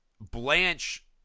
blanche